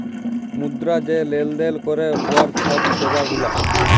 মুদ্রা যে লেলদেল ক্যরে উয়ার ছব সেবা গুলা